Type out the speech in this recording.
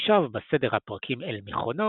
הושב בה סדר הפרקים אל מכונו